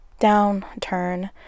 downturn